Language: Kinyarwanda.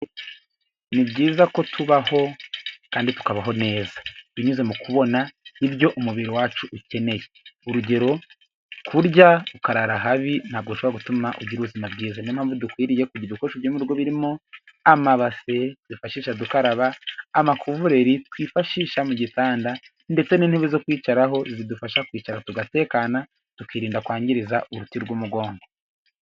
Ni byiza ko tubaho kandi tukabaho neza, binyuze mu kubona ibyo umubiri wacu ukeneye. Urugero kurya ukarara habi nta bwo bishobora gutuma ugira ubuzima bwiza. Ni yo mpamvu dukwiriye kugira ibikoresho byo mu rugo birimo: amabase twifashisha dukaraba, amakuvureri twifashisha mu gitanda, ndetse n'intebe zo kwicaraho zidufasha kwicara tugatekana, tukirinda kwangiza uruti rw'umugongo.